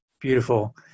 Beautiful